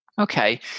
okay